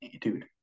dude